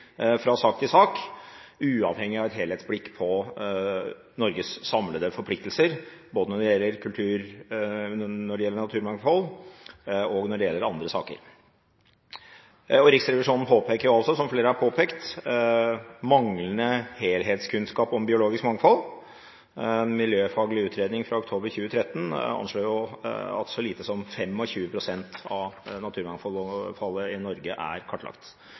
fra sak til sak, uavhengig av et helhetsblikk på Norges samlede forpliktelser, både når det gjelder naturmangfold, og når det gjelder andre saker. Riksrevisjonen påpeker, som flere har nevnt, manglende helhetskunnskap om biologisk mangfold. En miljøfaglig utredning fra oktober 2013 anslår at så lite som 25 pst. av naturmangfoldet i Norge er kartlagt.